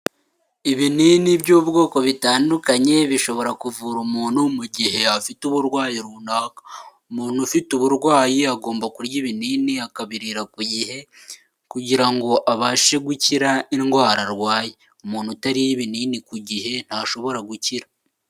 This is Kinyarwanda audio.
Ibinini by'ubwoko bitandukanye, bishobora kuvura umuntu mu gihe afite uburwayi runaka. Umuntu ufite uburwayi agomba kurya ibinini, akabirira ku gihe, kugira ngo abashe gukira indwara arwaye. Umuntu utariye ibinini ku gihe ntashobora gukira.